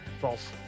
False